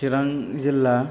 चिरां जिल्ला